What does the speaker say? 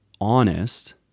honest